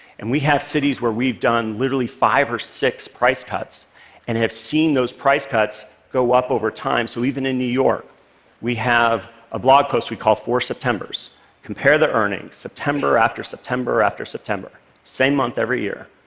and we have cities where we've done literally five or six price cuts and have seen those price cuts go up over time. so even in new york we have a blog post we call four septembers compare the earnings september after september after september. same month every year.